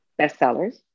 bestsellers